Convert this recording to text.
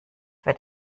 wird